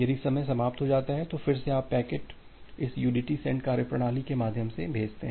यदि समय समाप्त हो जाता है तो फिर से आप पैकेट इस udt सेंड कार्यप्रणाली के माध्यम से भेजते हैं